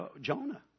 Jonah